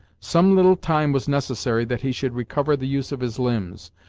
some little time was necessary that he should recover the use of his limbs,